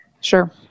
Sure